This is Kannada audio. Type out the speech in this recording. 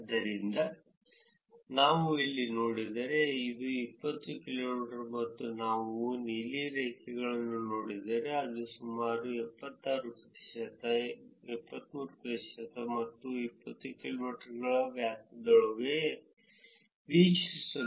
ಆದ್ದರಿಂದ ನಾವು ಇಲ್ಲಿ ನೋಡಿದರೆ ಇದು 20 ಕಿಲೋಮೀಟರ್ ಮತ್ತು ನಾವು ನೀಲಿ ರೇಖೆಯನ್ನು ನೋಡಿದರೆ ಅದು ಇಲ್ಲಿ ಸುಮಾರು 76 ಪ್ರತಿಶತ 73 ಪ್ರತಿಶತ ಅಂದರೆ 20 ಕಿಲೋಮೀಟರ್ ವ್ಯತ್ಯಾಸದೊಳಗೆ ಮನೆ ಎಲ್ಲಿದೆ ಎಂದು ಕಂಡುಹಿಡಿಯಲು ನಮಗೆ ಸಾಧ್ಯವಾಯಿತು